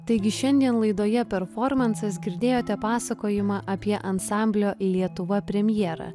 taigi šiandien laidoje performansas girdėjote pasakojimą apie ansamblio lietuva premjerą